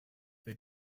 they